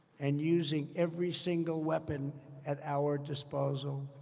and using every single weapon at our disposal.